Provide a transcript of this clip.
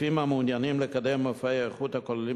גופים המעוניינים לקדם מופעי איכות הכוללים